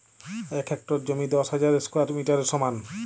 এক হেক্টর জমি দশ হাজার স্কোয়ার মিটারের সমান